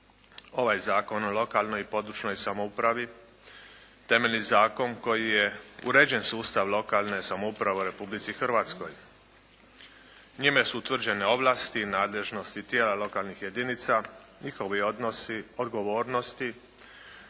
ovaj Zakon o lokalnoj i područnoj samoupravi temeljni zakon koji je uređen sustav lokalne samouprave u Republici Hrvatskoj. Njime su utvrđene ovlasti nadležnosti tijela lokalnih jedinica, njihovi odnosi, odgovornosti,